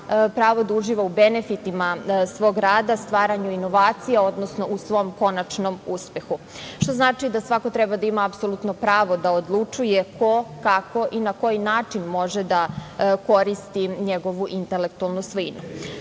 pravo da uživa u benefitima svog rada, u stvaranju inovacija, odnosno u konačnom uspehu, što znači da svako treba da ima apsolutno pravo da odlučuje ko, kako i na koji način može da koristi njegovu intelektualnu svojinu. Kao